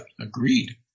Agreed